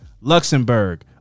Luxembourg